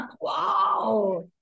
Wow